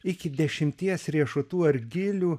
iki dešimties riešutų ar gėlių